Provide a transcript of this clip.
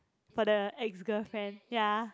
for the ex girlfriend ya